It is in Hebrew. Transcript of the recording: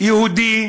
יהודי